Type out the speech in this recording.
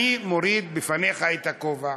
אני מוריד בפניך את הכובע,